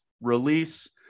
release